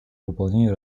выполнению